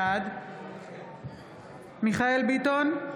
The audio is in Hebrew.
בעד מיכאל מרדכי ביטון,